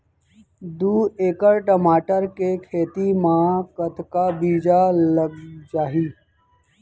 दू एकड़ टमाटर के खेती मा कतका बीजा लग जाही?